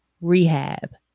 rehab